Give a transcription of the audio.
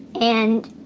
and